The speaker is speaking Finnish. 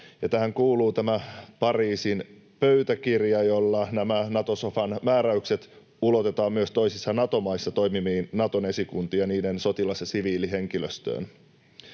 tähän kuuluu tämä Pariisin pöytäkirja, jolla nämä Nato-sofan määräykset ulotetaan myös toisissa Nato-maissa toimiviin Naton esikuntiin ja niiden sotilas- ja siviilihenkilöstöön.